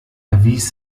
erwies